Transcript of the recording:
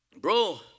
Bro